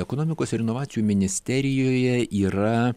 ekonomikos ir inovacijų ministerijoje yra